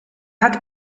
hat